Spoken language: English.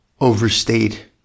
overstate